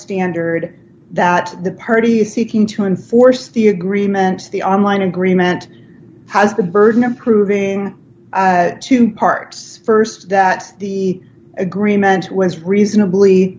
standard that the party is seeking to enforce the agreement the online agreement has the burden of proving to parts st that the agreement was reasonably